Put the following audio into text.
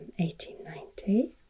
1890